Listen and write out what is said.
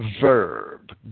verb